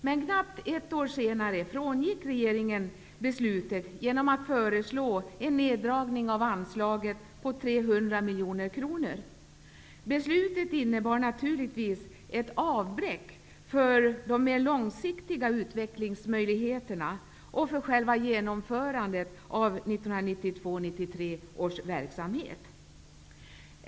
Men knappt ett år senare frångick regeringen beslutet genom att föreslå en neddragning av anslaget med 300 miljoner kronor. Det senare beslutet innebar naturligtvis ett avbräck för de mer långsiktiga utvecklingsmöjligheterna och för själva genomförandet av 1992/93 års verksamhet.